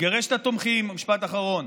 לגרש את התומכים, משפט אחרון.